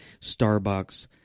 Starbucks